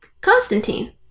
Constantine